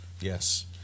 Yes